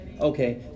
Okay